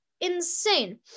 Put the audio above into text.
insane